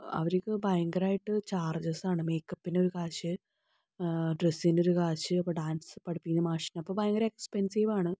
അവർക്ക് ഭയങ്കരമായിട്ട് ചാർജസാണ് മേക്കപ്പിന് ഒര് കാശ് ഡ്രസ്സിനൊര് കാശ് അപ്പോൾ ഡാൻസ് പഠിപ്പിക്കുന്ന മാഷിന് അപ്പോൾ ഭയങ്കര എക്സ്പെൻസീവാണ്